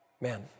Man